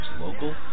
local